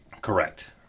Correct